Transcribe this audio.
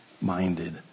minded